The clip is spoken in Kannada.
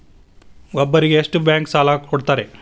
ಒಬ್ಬರಿಗೆ ಎಷ್ಟು ಬ್ಯಾಂಕ್ ಸಾಲ ಕೊಡ್ತಾರೆ?